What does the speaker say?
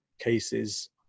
cases